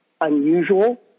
unusual